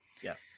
Yes